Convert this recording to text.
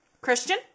Christian